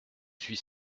suis